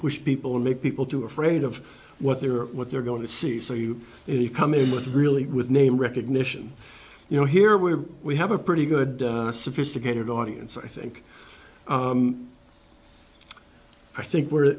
push people and make people too afraid of what they're what they're going to see so you if you come in with really with name recognition you know here we are we have a pretty good sophisticated audience i think i think where